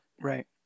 right